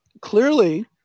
clearly